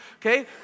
okay